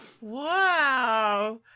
Wow